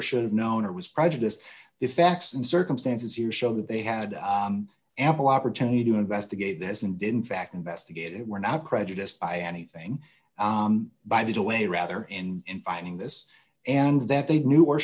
or should have known or was prejudiced the facts and circumstances here show that they had ample opportunity to investigate this and didn't fact investigate it we're not prejudiced i and i thing by the way rather and in fighting this and that they knew or